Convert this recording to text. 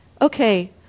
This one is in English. okay